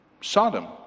Sodom